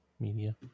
Media